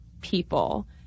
people